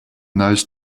those